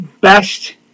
best